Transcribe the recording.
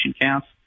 counts